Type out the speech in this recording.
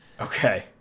Okay